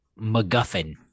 MacGuffin